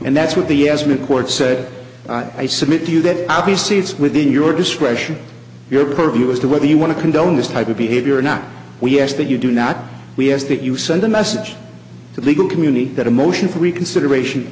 and that's what the s record said i submit to you that obviously it's within your discretion your purview as to whether you want to condone this type of behavior or not we ask that you do not we ask that you send a message to the legal community that a motion for reconsideration